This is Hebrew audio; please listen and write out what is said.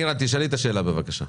נירה, תשאלי את השאלה בבקשה.